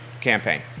campaign